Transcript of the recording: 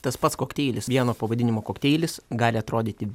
tas pats kokteilis vieno pavadinimo kokteilis gali atrodyti